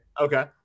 Okay